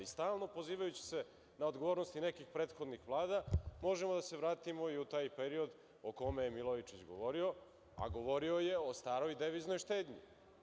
Stalno pozivajući se na odgovornost nekih prethodnih vlada možemo da se vratimo i u taj period o kome je Milojičić govorio, a govorio je o staroj deviznoj štednji.